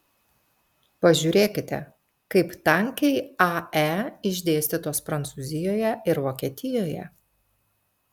pažiūrėkite kaip tankiai ae išdėstytos prancūzijoje ir vokietijoje